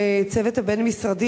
הצוות הבין-משרדי,